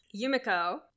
Yumiko